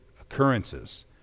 occurrences